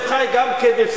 חברי חברי הכנסת,